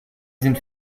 sind